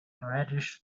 brandished